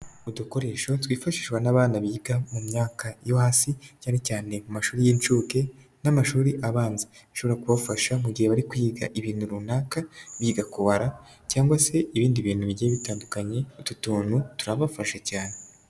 Udukoresho twifashishwa n'abana biga mu myaka yo hasi, cyane cyane mu mashuri y'incuke n'amashuri abanza, bishobora kubafasha mu gihe bari kwiga ibintu runaka, biga kubara cyangwa se ibindi bintu bigiye bitandukanye, utu tuntu turabafasha cyane.